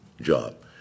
job